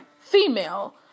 female